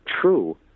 true